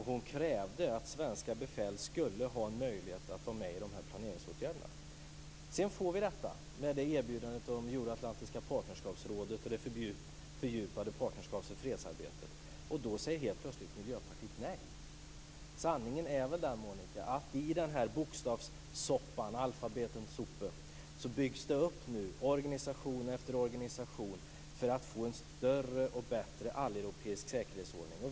Hon krävde att svenska befäl skulle ha en möjlighet att vara med i planeringsåtgärderna. Så får vi erbjudandet om Euroatlantiska partnerskapsrådet, det fördjupade Partnerskap-för-fredsamarbetet. Då säger helt plötsligt Miljöpartiet nej. Sanningen är väl den att i den bokstavssoppan - Alfabetensuppe - byggs upp organisation efter organisation för att få en större och bättre alleuropeisk säkerhetsordning.